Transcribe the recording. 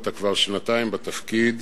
אתה כבר שנתיים בתפקיד